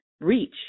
reach